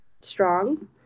strong